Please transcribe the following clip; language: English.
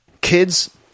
kids